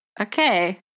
Okay